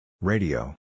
Radio